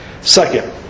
Second